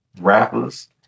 rappers